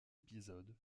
épisode